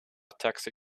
taxi